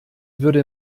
würde